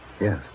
Yes